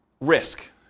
risk